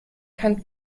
kann